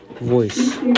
voice